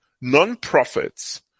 non-profits